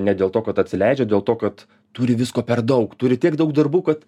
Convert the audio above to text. ne dėl to kad atsileidžia o dėl to kad turi visko per daug turi tiek daug darbų kad